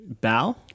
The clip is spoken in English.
bow